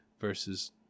versus